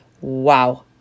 wow